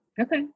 Okay